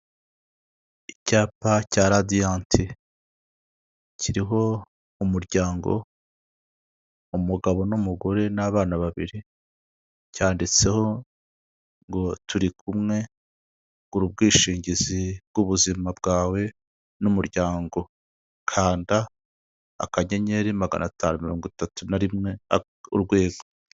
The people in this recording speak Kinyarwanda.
Icyapa cya Radiyanti kiriho umuryango, umugabo n'umugore n'abana babiri, cyanditseho ngo turi kumwe, gura ubwishingizi bw'ubuzima bwawe n'umuryango. Kanda akanyenyeri magana atanu mirongo itatu na rimwe urwego.